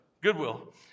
Goodwill